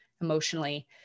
emotionally